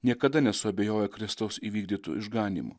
niekada nesuabejojo kristaus įvykdytu išganymu